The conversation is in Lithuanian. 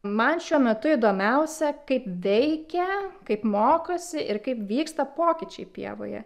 man šiuo metu įdomiausia kaip veikia kaip mokosi ir kaip vyksta pokyčiai pievoje